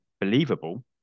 believable